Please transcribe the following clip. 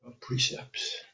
precepts